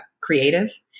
Creative